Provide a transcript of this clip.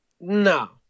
no